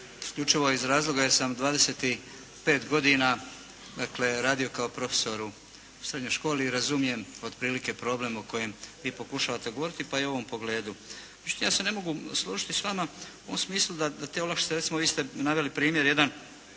isključivo iz razloga jer sam 25 godina dakle radio kao profesor u srednjoj školi i razumije otprilike problem o kojem vi pokušavate govoriti, pa i u ovom pogledu. Međutim ja se ne mogu složiti s vama u smislu da te olakšice, recimo vi ste naveli primjer jedan